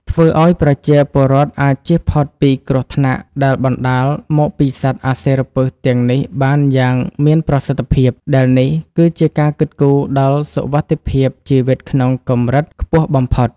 ធ្វើឱ្យប្រជាពលរដ្ឋអាចជៀសផុតពីគ្រោះថ្នាក់ដែលបណ្ដាលមកពីសត្វអសិរពិសទាំងនេះបានយ៉ាងមានប្រសិទ្ធភាព ដែលនេះគឺជាការគិតគូរដល់សុវត្ថិភាពជីវិតក្នុងកម្រិតខ្ពស់បំផុត។